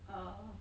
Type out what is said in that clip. uh